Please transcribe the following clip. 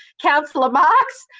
councillor marx,